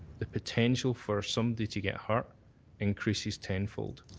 the potential for somebody to get hurt increases tenfold.